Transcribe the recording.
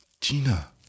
Gina